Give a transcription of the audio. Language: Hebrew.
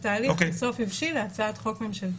והתהליך בסוף הבשיל להצעת חוק ממשלתית.